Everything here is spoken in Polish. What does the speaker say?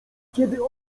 kiedy